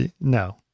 No